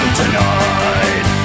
tonight